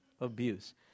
abuse